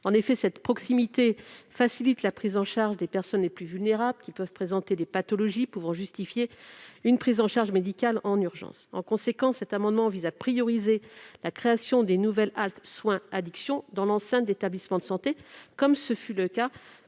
Cette proximité facilite la prise en charge des personnes les plus vulnérables qui peuvent présenter des pathologies justifiant une prise en charge médicale en urgence. En conséquence, cet amendement vise à privilégier la création des nouvelles haltes « soins addictions » dans l'enceinte d'établissements de santé- comme ce fut le cas